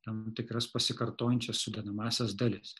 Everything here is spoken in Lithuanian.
tam tikras pasikartojančias sudedamąsias dalis